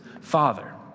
father